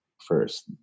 first